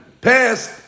passed